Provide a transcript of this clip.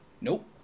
Nope